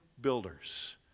builders